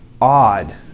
odd